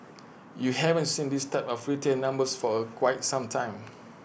you haven't seen this type of retail numbers for A quite some time